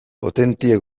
potentea